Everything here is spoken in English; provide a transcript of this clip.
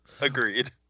agreed